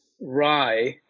rye